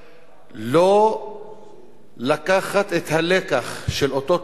לא לקחת את הלקח של אותו טבח נורא,